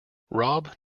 robb